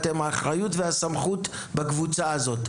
שאתם האחריות והסמכות בקבוצה הזו.